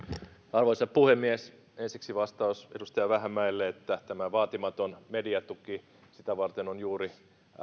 arvoisa puhemies ensiksi vastaus edustaja vähämäelle että tätä vaatimatonta mediatukea varten on juuri